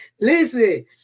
Listen